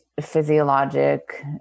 physiologic